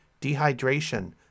dehydration